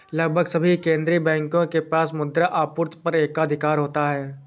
लगभग सभी केंदीय बैंकों के पास मुद्रा आपूर्ति पर एकाधिकार होता है